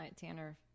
Tanner